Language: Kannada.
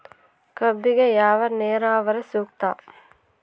ಕಬ್ಬಿಗೆ ಯಾವ ನೇರಾವರಿ ಸೂಕ್ತ?